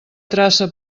traça